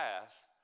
past